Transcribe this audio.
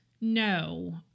No